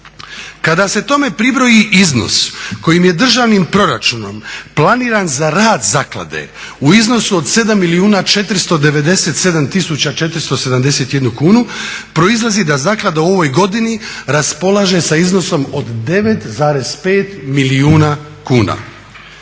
Kada se tome pribroji iznos koji je državnim proračunom planiran za rad zaklade u iznosu od 7 milijuna 497 tisuća 471 kunu proizlazi da zaklada u ovoj godini raspolaže sa iznosom od 9,5 milijuna kuna.